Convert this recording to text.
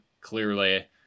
clearly